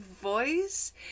voice